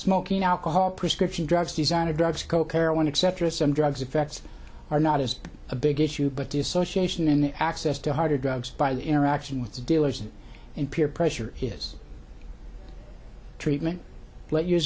smoking alcohol prescription drugs designer drugs coke or one except for some drugs effects are not is a big issue but the association an access to harder drugs by the interaction with the dealers and in peer pressure has treatment let